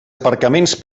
aparcaments